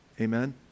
Amen